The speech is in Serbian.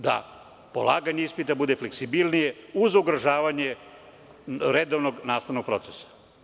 Da polaganje ispita bude fleksibilnije uz održavanje redovnog nastavnog procesa.